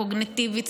הקוגניטיבית.